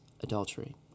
adultery